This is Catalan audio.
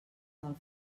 del